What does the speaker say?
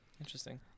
interesting